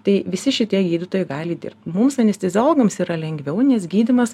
tai visi šitie gydytojai gali dirbt mums anistiziologams yra lengviau nes gydymas